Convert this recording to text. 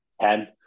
ten